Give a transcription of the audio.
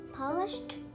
Polished